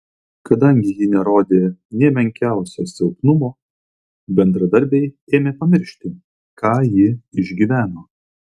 kadangi ji nerodė nė menkiausio silpnumo bendradarbiai ėmė pamiršti ką ji išgyveno